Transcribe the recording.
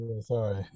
sorry